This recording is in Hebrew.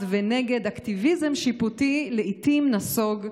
ונגד אקטיביזם שיפוטי לעיתים נסוג.